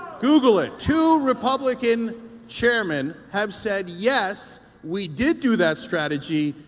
google it! two republican chairmen have said yes, we did do that strategy,